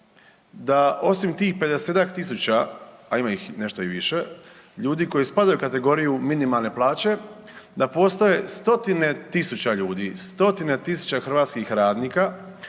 da osim tih 50-ak tisuća, a ima ih nešto i više ljudi koji spadaju u kategoriju minimalne plaće da postoje stotine tisuća ljudi, stotine tisuća hrvatskih radnika